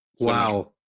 Wow